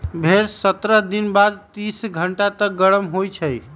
भेड़ सत्रह दिन बाद तीस घंटा तक गरम होइ छइ